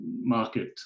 market